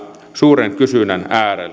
suuren kysynnän äärellä